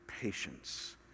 patience